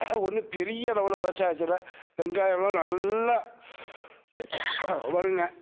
ஒன்று பெரிய அளவில் விவசாயத்தில் வெங்காயமெலாம் நல்ல வருங்க